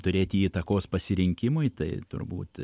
turėti įtakos pasirinkimui tai turbūt